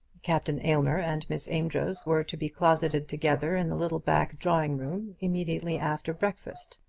captain aylmer and miss amedroz were to be closeted together in the little back drawing-room immediately after breakfast.